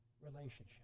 relationship